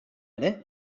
ere